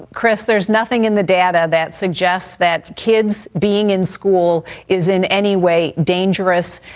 chris, there's nothing in the data that suggests that kids being in school is in any way dangerous.